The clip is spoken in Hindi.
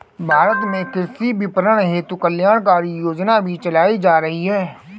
भारत में कृषि विपणन हेतु कल्याणकारी योजनाएं भी चलाई जा रही हैं